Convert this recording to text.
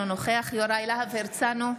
אינו נוכח יוראי להב הרצנו,